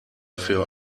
für